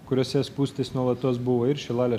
kuriose spūstys nuolatos buvo ir šilalė